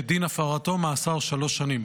ודין הפרתו, מאסר שלוש שנים.